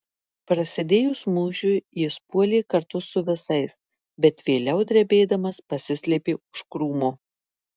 prasidėjus mūšiui jis puolė kartu su visais bet vėliau drebėdamas pasislėpė už krūmo